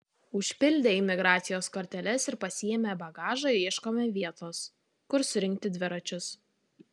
užpildę imigracijos korteles ir pasiėmę bagažą ieškome vietos kur surinkti dviračius